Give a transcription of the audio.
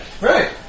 Right